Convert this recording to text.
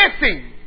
missing